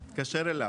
חצי ארנונה,